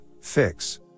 fix